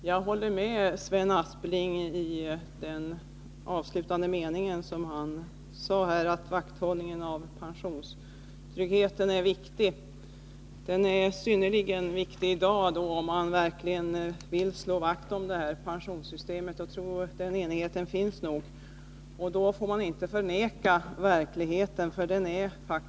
Herr talman! Jag instämmer i det Sven Aspling sade i den avslutande meningen, att vakthållningen kring pensionstryggheten är viktig. Den är synnerligen viktig i dag. Men om man verkligen vill slå vakt om pensionssystemet — och jag tror att den enigheten finns — får man inte förneka verkligheten.